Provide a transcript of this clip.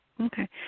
Okay